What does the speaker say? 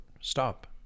Stop